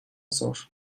zor